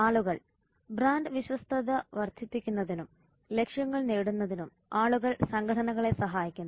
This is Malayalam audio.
ആളുകൾ ബ്രാൻഡ് വിശ്വസ്തത വർദ്ധിപ്പിക്കുന്നതിനും ലക്ഷ്യങ്ങൾ നേടുന്നതിനും ആളുകൾ സംഘടനകളെ സഹായിക്കുന്നു